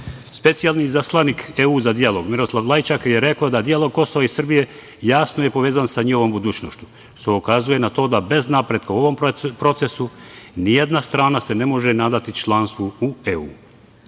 Specijalni izaslanik EU za dijalog, Miroslav Lajčak, rekao je da dijalog Kosova i Srbije jasno je povezan sa njihovom budućnošću, što ukazuje na to da bez napretka u ovom procesu nijedna strana se ne može nadati članstvu u EU,